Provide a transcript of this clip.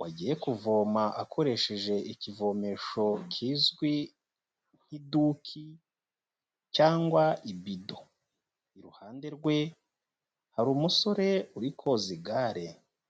wagiye kuvoma akoresheje ikivomesho kizwi nk'iduki cyangwa ibido. Iruhande rwe hari umusore uri koza igare.